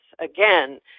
again